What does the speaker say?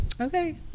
Okay